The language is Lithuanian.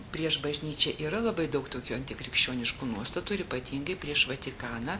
prieš bažnyčią yra labai daug tokių antikrikščioniškų nuostatų ir ypatingai prieš vatikaną